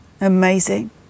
Amazing